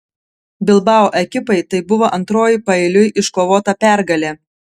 bilbao ekipai tai buvo antroji paeiliui iškovota pergalė